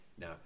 Now